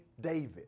David